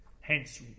hence